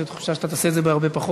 יש לי תחושה שאתה תעשה את זה בהרבה פחות.